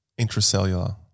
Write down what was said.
intracellular